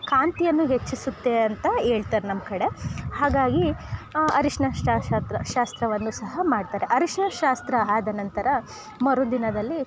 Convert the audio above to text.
ಕಾಂತಿಯನ್ನು ಹೆಚ್ಚಿಸುತ್ತೆ ಅಂತ ಹೇಳ್ತಾರೆ ನಮ್ಮ ಕಡೆ ಹಾಗಾಗಿ ಅರಿಶ್ಣ ಶಾಸ್ತ್ರ ಶಾಸ್ತ್ರವನ್ನು ಸಹ ಮಾಡ್ತಾರೆ ಅರ್ಶಿಣ ಶಾಸ್ತ್ರ ಆದ ನಂತರ ಮರುದಿನದಲ್ಲಿ